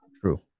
True